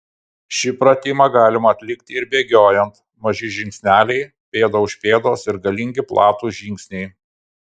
šį pratimą galima atlikti ir bėgiojant maži žingsneliai pėda už pėdos ir galingi platūs žingsniai